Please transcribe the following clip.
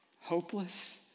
hopeless